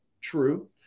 true